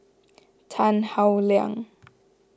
Tan Howe Liang